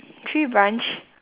tree branch